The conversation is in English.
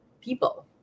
people